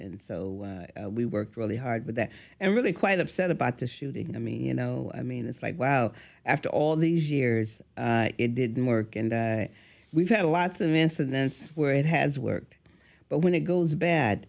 and so we worked really hard with that and really quite upset about the shooting i mean you know i mean it's like well after all these years it didn't work and we've had lots of incidents where it has worked but when it goes bad